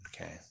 Okay